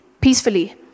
peacefully